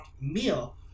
meal